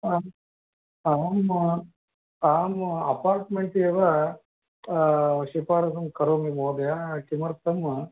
अहम् अहम् अपार्ट्मेन्ट् एव शिफारासं करोमि महोदय किमर्थं